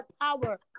power